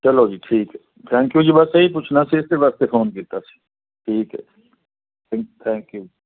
ਚੱਲੋ ਜੀ ਠੀਕ ਹੈ ਥੈਂਕ ਯੂ ਜੀ ਬਸ ਇਹ ਹੀ ਪੁੱਛਣਾ ਸੀ ਇਸ ਵਾਸਤੇ ਫੋਨ ਕੀਤਾ ਸੀ ਠੀਕ ਹੈ ਜੀ ਥੈਂ ਥੈਂਕ ਯੂ ਜੀ